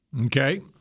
Okay